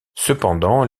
cependant